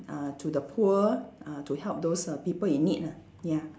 uh to the poor ah to help those err people in need ah ya